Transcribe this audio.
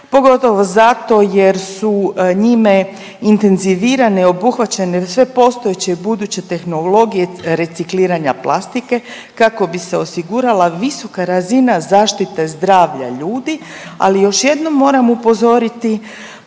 pogotovo zato jer su njime intenzivirane i obuhvaćene sve postojeće i buduće tehnologije recikliranja plastike kako bi se osigurala visoka razina zaštite zdravlja ljudi, ali još jednom moram upozoriti